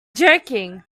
joking